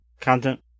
content